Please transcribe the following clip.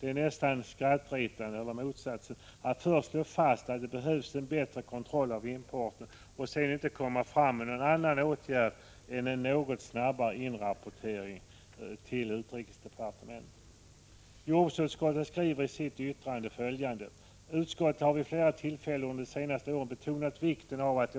Det är nästan skrattretande — eller motsatsen — att först slå fast att det behövs bättre kontroll av importen och sedan inte komma med någon annan åtgärd än en något snabbare inrapportering till utrikesdepartementet. Jordbruksutskottet skriver i sitt yttrande följande: ”Utskottet har vid flera tillfällen under de senaste åren betonat vikten av att